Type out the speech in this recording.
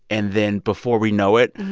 and then before we know it,